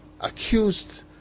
accused